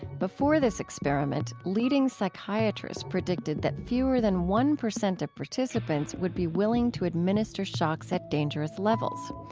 before this experiment, leading psychiatrists predicted that fewer than one percent of participants would be willing to administer shocks at dangerous levels.